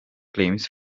claims